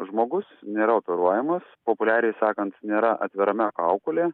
žmogus nėra operuojamas populiariai sakant nėra atverama kaukolė